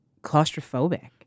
claustrophobic